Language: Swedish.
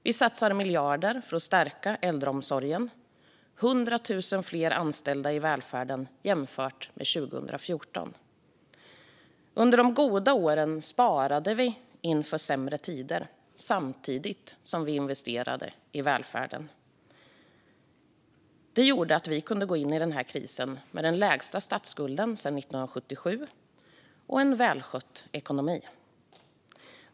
Vi satsar miljarder för att stärka äldreomsorgen: 100 000 fler anställda i välfärden jämfört med 2014. Under de goda åren sparade vi inför sämre tider samtidigt som vi investerade i välfärden. Det gjorde att vi kunde gå in i den här krisen med den lägsta statsskulden sedan 1977 och en välskött ekonomi.